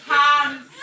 hands